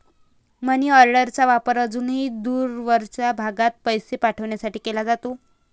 मनीऑर्डरचा वापर आजही दूरवरच्या भागात पैसे पाठवण्यासाठी केला जातो